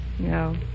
No